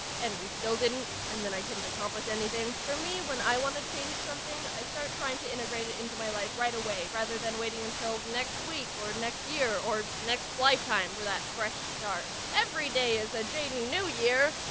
and we still didn't. and then i didn't accomplish anything. for me, when i want to change something, i start trying to integrate it into my life right away, rather than waiting until next week or next year or next lifetime for that fresh start. everyday is a jaiden new year!